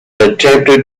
attempted